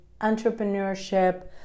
entrepreneurship